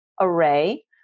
array